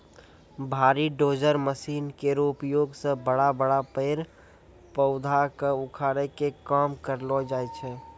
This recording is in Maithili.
भारी डोजर मसीन केरो उपयोग सें बड़ा बड़ा पेड़ पौधा क उखाड़े के काम करलो जाय छै